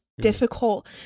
difficult